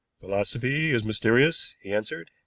philosophy is mysterious, he answered,